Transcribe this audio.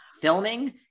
filming